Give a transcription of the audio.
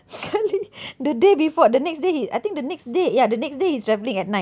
sekali the day before the next day he I think the next day ya the next day he's travelling at night